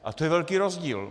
A to je velký rozdíl.